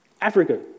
Africa